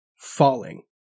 falling